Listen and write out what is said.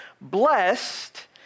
blessed